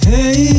Hey